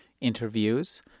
interviews